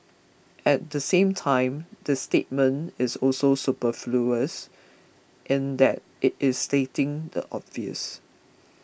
at the same time the statement is also superfluous in that it is stating the obvious